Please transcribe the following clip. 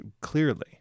clearly